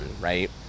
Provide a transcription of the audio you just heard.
right